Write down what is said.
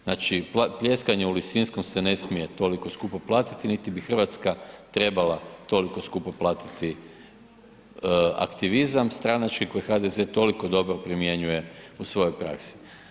Znači, pljeskanje u Lisinskom se ne smije toliko skupo platiti, niti bi Hrvatska trebala toliko skupo platiti aktivizam stranački koji HDZ toliko dobro primjenjuje u svojoj praksi.